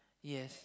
yes